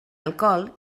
alcohol